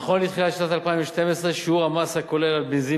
נכון לתחילת שנת 2012 שיעור המס הכולל על בנזין